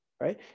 right